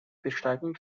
besteigung